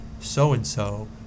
so-and-so